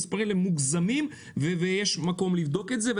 מוגזמים ויש מקום לבדוק את זה.